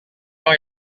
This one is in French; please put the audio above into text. ans